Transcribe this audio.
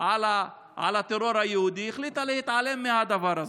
לטרור היהודי, להתעלם מהדבר הזה.